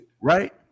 Right